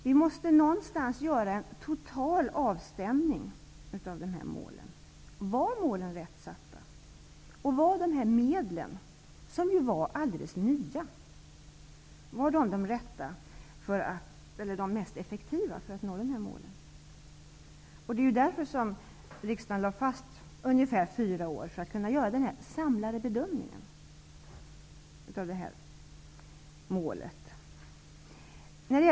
Vi måste någonstans göra en total avstämning av målen. Var de rätt satta? Var medlen, som ju var alldeles nya, de rätta eller de mest effektiva för att nå målen? Det var därför riksdagen lade fast inriktningen för ungefär fyra år, för att man därefter skulle kunna göra en samlad bedömning.